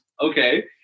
Okay